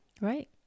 Right